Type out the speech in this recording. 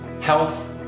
health